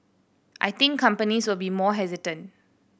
I think companies will be more hesitant